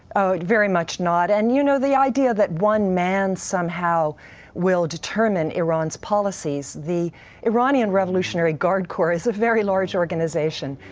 ah very much not. and you know the idea that one man somehow will determine iran's policies, the iranian revolutionary guard corps is a very large organization.